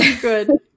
Good